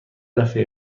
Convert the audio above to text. دفعه